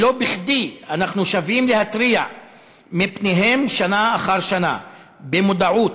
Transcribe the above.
שלא בכדי אנחנו שבים להתריע מפניהן שנה אחר שנה: במודעות,